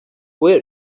wear